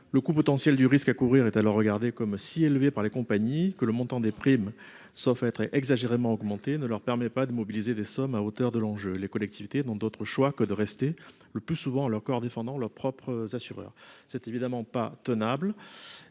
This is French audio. le coût potentiel du risque à courir et à regarder comme si élevé par les compagnies, que le montant des primes, sauf à être exagérément augmenter ne leur permet pas de mobiliser les sommes à hauteur de l'enjeu, les collectivités dans d'autre choix que de rester le plus souvent à leur corps défendant leurs propres assureurs c'est évidemment pas tenable